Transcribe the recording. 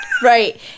Right